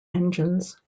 engines